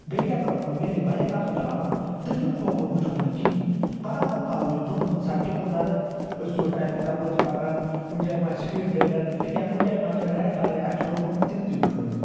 بیٚیہِ کیٛاہ کرو کٲم ییٚلہِ أسۍ بایک آسو چلاوان دٔچھُن کھوٚوُر وٕچھو نہٕ کِہینۍ برابد تھاوو أسۍ برٛونٛہہ کُن سڑکہِ کُن نظر أسۍ وٕچھو ٹرٛیفِک کپٲرۍ چھِ پکان کُنہِ جاے مَہ چھِ سپیٖڈ برٛیکَر یا کُنۍ جاے مَہ چھِ رٮ۪ڈ لایٹ اَسہِ چھُ رُکُن تِم تہِ وٕچھو أسۍ